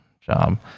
job